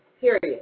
period